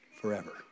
forever